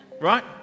Right